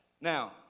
now